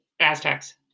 Aztecs